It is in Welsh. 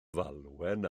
falwen